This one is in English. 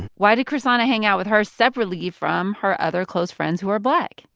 why did chrishana hang out with her separately from her other close friends who were black?